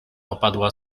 opadła